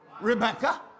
Rebecca